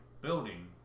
building